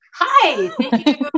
Hi